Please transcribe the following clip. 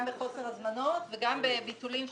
גם בגלל חוסר בהזמנות וגם בביטולים.